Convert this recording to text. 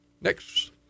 next